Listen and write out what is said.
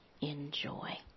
enjoy